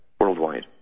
worldwide